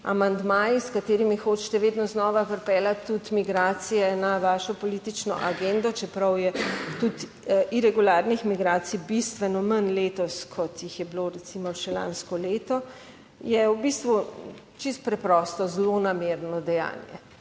amandmaji s katerimi hočete vedno znova pripeljati tudi migracije na vašo politično agendo, čeprav je tudi iregularnih migracij bistveno manj letos, kot jih je bilo recimo še lansko leto, je v bistvu čisto preprosto zlonamerno dejanje